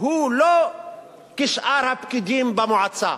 הוא לא כשאר הפקידים במועצה,